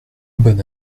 bon